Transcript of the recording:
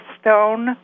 stone